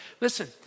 listen